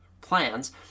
plans